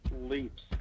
leaps